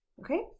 Okay